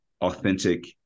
authentic